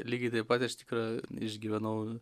lygiai taip pat iš tikro išgyvenau